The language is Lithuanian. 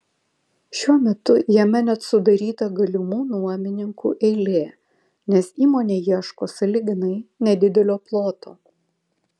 šiuo metu jame net sudaryta galimų nuomininkų eilė nes įmonė ieško sąlyginai nedidelio ploto